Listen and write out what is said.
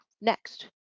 next